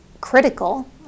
critical